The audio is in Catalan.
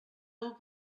dur